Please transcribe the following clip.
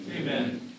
Amen